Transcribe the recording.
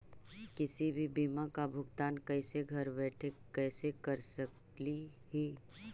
किसी भी बीमा का भुगतान कैसे घर बैठे कैसे कर स्कली ही?